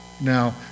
Now